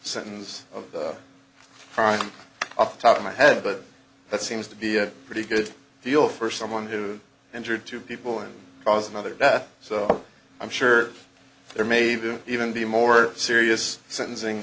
sins of the crime up top of my head but that seems to be a pretty good deal for someone who injured two people and cause another death so i'm sure there may do even be more serious sentencing